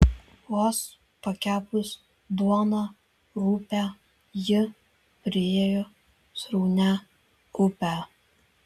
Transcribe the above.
vos pakepus duoną rupią ji priėjo sraunią upę